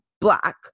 Black